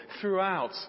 throughout